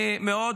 מה את לחוצה?